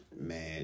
Man